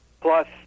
plus